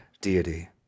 deity